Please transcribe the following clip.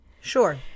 Sure